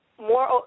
more